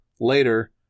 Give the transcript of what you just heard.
later